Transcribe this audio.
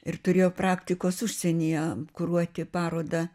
ir turėjo praktikos užsienyje kuruoti parodą